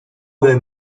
ode